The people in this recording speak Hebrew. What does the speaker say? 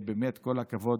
כל הכבוד.